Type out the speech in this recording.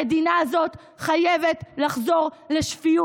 המדינה הזאת חייבת לחזור לשפיות.